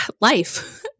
Life